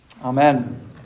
Amen